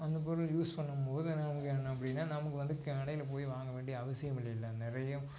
அந்தப் பொருள் யூஸ் பண்ணும் போது நமக்கு என்ன அப்படின்னா நமக்கு வந்து கடையில் போய் வாங்க வேண்டிய அவசியம் இல்லைல்ல நிறைய